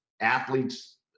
athletes